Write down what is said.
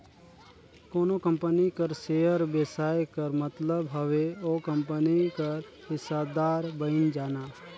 कोनो कंपनी कर सेयर बेसाए कर मतलब हवे ओ कंपनी कर हिस्सादार बइन जाना